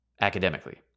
academically